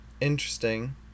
Interesting